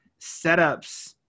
setups